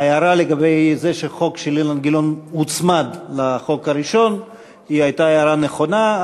ההערה שהחוק של אילן גילאון הוצמד לחוק הראשון הייתה הערה נכונה,